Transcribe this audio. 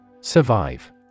Survive